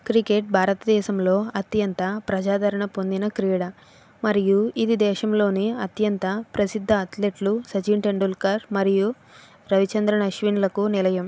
cricket భారతదేశంలో అత్యంత ప్రజాధరణ పొందిన క్రీడ మరియు ఇది దేశంలోని అత్యంత ప్రసిద్ధ అథ్లెట్లు సచిన్ టెండూల్కర్ మరియు రవిచంద్రన్ అశ్విన్లకు నిలయం